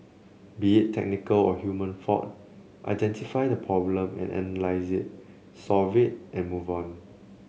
be it technical or human fault identify the problem and analyse it solve it and move on